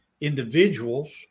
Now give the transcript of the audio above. Individuals